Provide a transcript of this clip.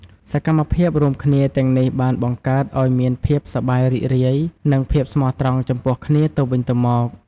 សកម្មភាពរួមគ្នាទាំងនេះបានបង្កើតឱ្យមានភាពសប្បាយរីករាយ និងភាពស្មោះត្រង់ចំពោះគ្នាទៅវិញទៅមក។